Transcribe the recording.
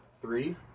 three